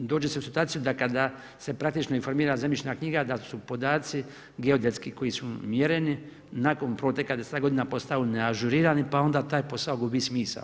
Dođe se u situaciju, da kada, se praktičko informira zemljišna knjiga, da su podaci geodetski koji su mjereni, nakon proteka 10-tak godina, postao neažurirani, pa onda taj posao gubi smisao.